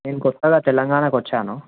నేను కొత్తగా తెలంగాణాకు వచ్చాను